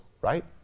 right